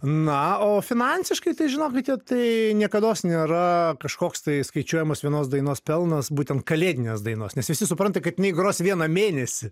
na o finansiškai tai žinokite tai niekados nėra kažkoks tai skaičiuojamas vienos dainos pelnas būtent kalėdinės dainos nes visi supranta kad jinai gros vieną mėnesį